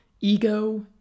ego